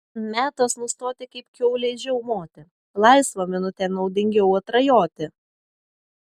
metas nustoti kaip kiaulei žiaumoti laisvą minutę naudingiau atrajoti